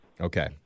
Okay